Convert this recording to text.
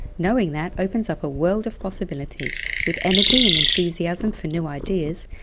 knowing that opens up a world of possibilities with energy and enthusiasm for new ideas,